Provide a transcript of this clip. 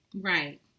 right